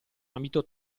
ambito